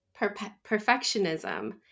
perfectionism